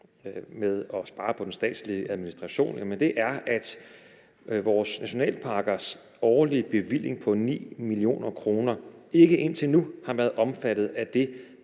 med at spare på den statslige administration? Det er, at vores nationalparkers årlige bevilling på 9 mio. kr. ikke indtil nu har været omfattet af det